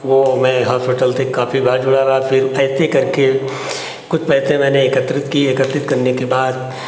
वो मैं हॉस्पिटल से काफ़ी बार जुड़ा रहा फिर ऐसे करके कुछ पैसे मैंने एकत्रित किए एकत्रित करने के बाद